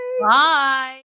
Bye